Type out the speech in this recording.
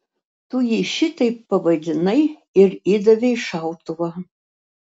tu jį šitaip pavadinai ir įdavei šautuvą